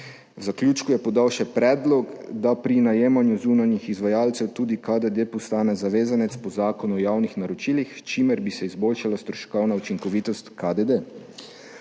V zaključku je podal še predlog, da pri najemanju zunanjih izvajalcev tudi KDD postane zavezanec po Zakonu o javnih naročilih, s čimer bi se izboljšala stroškovna učinkovitost KDD.